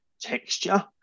texture